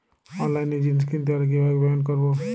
অনলাইনে জিনিস কিনতে হলে কিভাবে পেমেন্ট করবো?